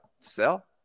sell